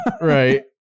Right